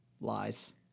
lies